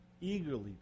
eagerly